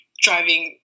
driving